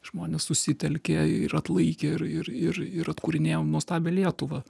žmonės susitelkė ir atlaikė ir ir ir ir atkūrinėjom nuostabią lietuvą